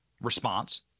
response